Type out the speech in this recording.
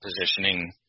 positioning